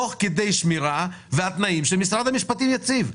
תוך כדי שמירה והתנאים שמשרד המשפטים יציב.